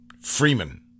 Freeman